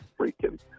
freaking